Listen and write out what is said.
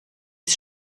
ist